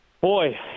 Boy